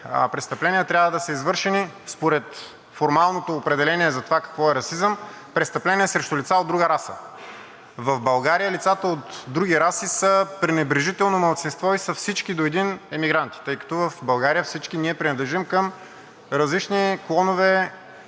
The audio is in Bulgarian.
престъпления, трябва да са извършени според формалното определение за това какво е расизъм – престъпления срещу лица от друга раса. В България лицата от други раси са пренебрежително малцинство и са всички до един емигранти, тъй като в България всички ние принадлежим към различни клонове